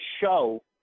show